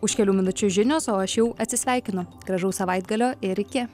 už kelių minučių žinios o aš jau atsisveikinu gražaus savaitgalio ir iki